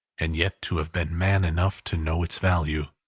and yet to have been man enough to know its value.